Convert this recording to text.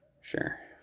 Sure